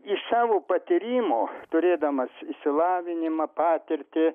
iš savo patyrimo turėdamas išsilavinimą patirtį